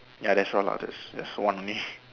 ya that's all ah there there's one only